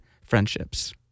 friendships